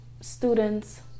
students